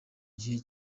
gihe